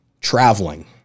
traveling